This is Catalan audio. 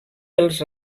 dels